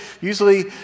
usually